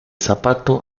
zapato